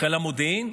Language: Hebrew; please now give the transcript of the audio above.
חיל המודיעין,